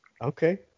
Okay